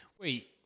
Wait